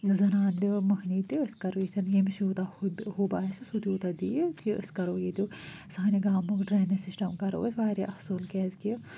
زَنان تہِ مٔہنی تہِ أسۍ کَرو ییٚتٮ۪ن ییٚمِس یوٗتاہ ہُبہِ ہُب آسہِ سُہ تیوٗتاہ دِہِ کہِ أسۍ کَرو ییٚتہِ سانہِ گامُک ڈرٛینیج سِسٹَم کَرو أسۍ واریاہ اصٕل کیٛازِکہِ